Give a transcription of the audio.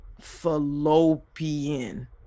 Fallopian